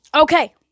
okay